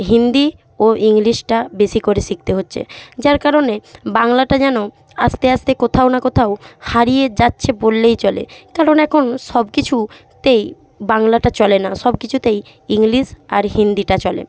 হিন্দি ও ইংলিশটা বেশি করে শিখতে হচ্ছে যার কারণে বাংলাটা যেন আস্তে আস্তে কোথাও না কোথাও হারিয়ে যাচ্ছে বললেই চলে কারণ এখন সব কিছুতেই বাংলাটা চলে না সব কিছুতেই ইংলিশ আর হিন্দিটা চলে